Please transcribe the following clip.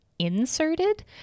inserted